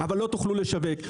אבל לא תוכלו לשווק.